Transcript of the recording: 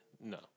No